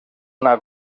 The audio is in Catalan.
una